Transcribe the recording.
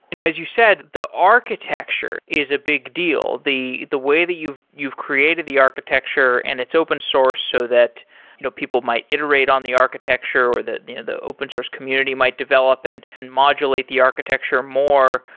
you know as you said, the architecture is a big deal. the the way that you've you've created the architecture, and it's open source, so that you know people might iterate on the architecture, or the the open source community might develop and and modulate the architecture more.